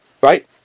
right